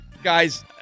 guys